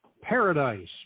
paradise